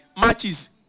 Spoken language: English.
matches